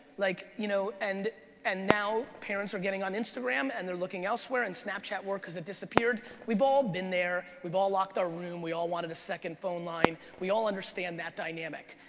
like you know and and now parents are getting on instagram, and they're looking elsewhere, and snapchat more cause it disappeared. we've all been there. we've all locked our room, we all wanted a second phone line, we all understand that dynamic.